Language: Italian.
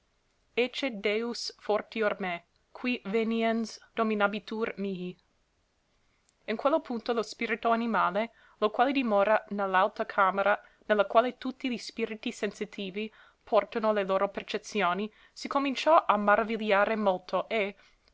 parole ecce deus fortior me qui veniens dominabitur mihi in quello punto lo spirito animale lo quale dimora ne l'alta camera ne la quale tutti li spiriti sensitivi portano le loro percezioni si cominciò a maravigliare molto e